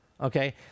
okay